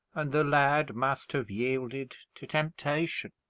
and the lad must have yielded to temptation.